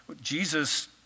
Jesus